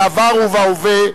בעבר ובהווה,